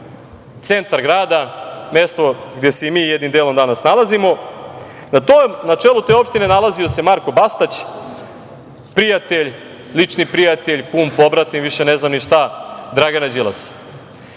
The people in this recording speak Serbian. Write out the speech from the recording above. centar grada, mesto gde se i mi jednim delom danas nalazimo. Na čelu te opštine se nalazio Marko Bastać, prijatelj lični, kum, pobratim, ne znam više ni šta, Dragana Đilasa.